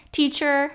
teacher